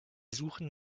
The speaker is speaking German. suchen